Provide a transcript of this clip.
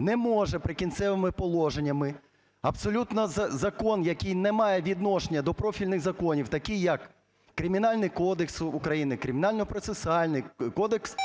Не може "Прикінцевими положеннями" абсолютно закон, який не має відношення до профільних законів, таких як: Кримінальний кодекс України, Кримінально-процесуальний, Кодекс